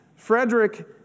Frederick